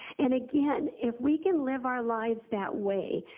and again, if we can live our lives that way,